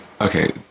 Okay